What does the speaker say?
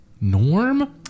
Norm